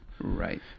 Right